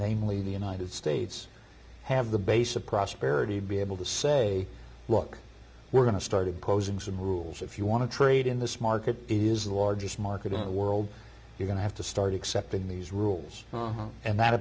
namely the united states have the base of prosperity be able to say look we're going to started posing some rules if you want to trade in this market it is the largest market in the world you're going to have to start accepting these rules and that